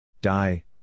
Die